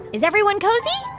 is everyone cozy?